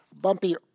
bumpy